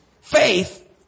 Faith